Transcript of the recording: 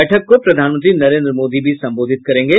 बैठक को प्रधानमंत्री नरेन्द्र मोदी भी संबोधित करेंगे